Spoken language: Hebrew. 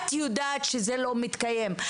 את יודעת שזה לא מתקיים,